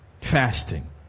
fasting